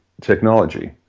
technology